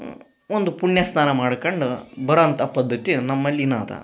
ಒಂದು ಪುಣ್ಯಸ್ನಾನ ಮಾಡ್ಕಂಡ ಬರೋ ಅಂಥ ಪದ್ಧತಿ ನಮ್ಮಲ್ಲಿ ಇನ್ನ ಅದ